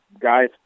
guys